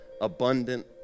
abundant